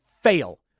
fail